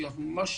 שאנחנו מעריכים